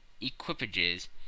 equipages